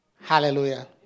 Hallelujah